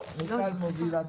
(היו"ר מיכל שיר סגמן, 12:40)